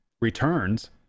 returns